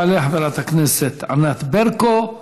תעלה חברת הכנסת ענת ברקו,